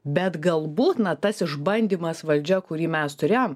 bet galbūt na tas išbandymas valdžia kurį mes turėjom